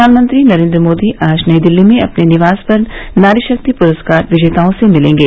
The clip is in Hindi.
प्रधानमंत्री नरेन्द्र मोदी आज नई दिल्ली में अपने निवास पर नारी शक्ति पुरस्कार विजेताओं से मिलेंगे